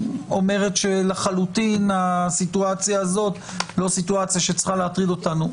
אומרת שלחלוטין הסיטואציה הזאת לא סיטואציה שצריכה להטריד אותנו.